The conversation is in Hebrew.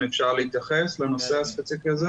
אם אפשר להתייחס לנושא הספציפי הזה.